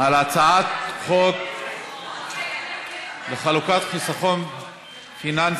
לפי חוק איסור הפליה במוצרים בשירותים